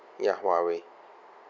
ya Huawei